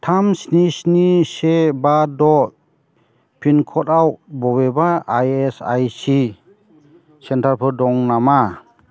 थाम स्नि स्नि से बा द' पिनक'डआव बबेबा इएसआइसि सेन्टारफोर दं नामा